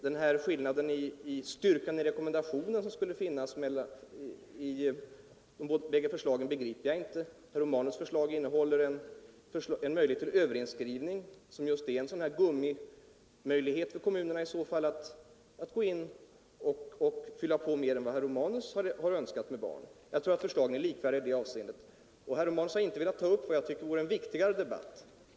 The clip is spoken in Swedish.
Den skillnad i styrka i rekommendationen som skulle finnas mellan de båda förslagen begriper jag inte. Herr Romanus förslag innefattar en möjlighet till överinskrivning, som just är en sådan där gummiartad möjlighet för kommunerna att gå in och fylla på med barn mer än vad herr Romanus har önskat. Överinskrivningen finns inte i utskottets förslag. Herr Romanus har inte velat ta upp vad jag tycker vore en viktigare debatt.